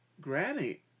Granny